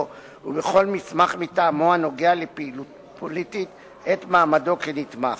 ובכל מסמך מטעמו הנוגע בפעילות פוליטית את מעמדו כנתמך.